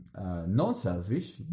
non-selfish